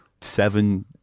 seven